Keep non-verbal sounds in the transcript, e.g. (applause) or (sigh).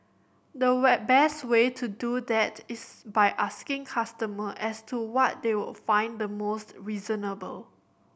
the (unintelligible) best way to do that is by asking customer as to what they would find the most reasonable